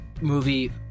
movie